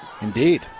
indeed